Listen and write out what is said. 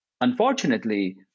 Unfortunately